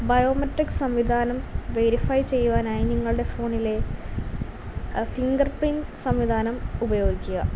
biometric സംവിധാനം verify ചെയ്യുവാനായി നിങ്ങളുടെ ഫോണിലെ ഫിംഗർ പ്രിൻറ് സംവിധാനം ഉപയോഗിക്കുക